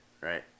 right